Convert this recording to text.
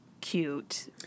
cute